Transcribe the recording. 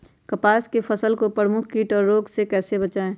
कपास की फसल को प्रमुख कीट और रोग से कैसे बचाएं?